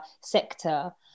sector